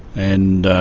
and